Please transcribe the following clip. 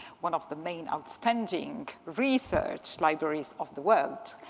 one of the main outstanding research libraries of the world,